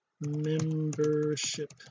membership